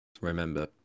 remember